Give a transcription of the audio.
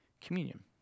communion